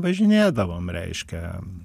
važinėdavom reiškia